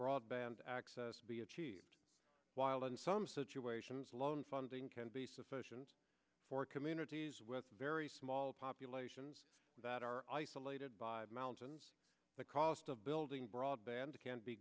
broadband access be achieved while in some situations alone funding can be sufficient for communities with very small populations that are isolated by mountains the cost of building broadband can be